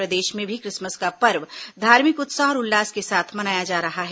प्रदेश में भी क्रिसमस का पर्व धार्मिक उत्साह और उल्लास के साथ मनाया जा रहा है